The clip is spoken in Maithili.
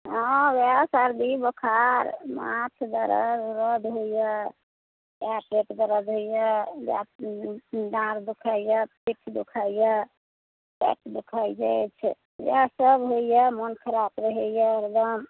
हॅं वएह सर्दी बोखार माथ दरद उरद होइया पेट दरद होइया गैस डाँर दुखाइया पीठ दुखाइया हाथ दुखाइ अछि इएह सब होइया मोन खराब रहैया एकदम